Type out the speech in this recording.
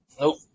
Nope